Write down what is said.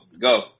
go